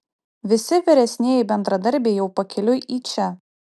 visi vyresnieji bendradarbiai jau pakeliui į čia